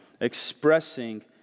expressing